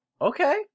Okay